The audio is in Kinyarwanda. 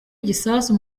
igisasu